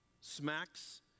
smacks